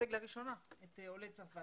לייצג לראשונה את עולי צרפת.